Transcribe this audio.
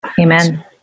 Amen